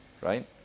right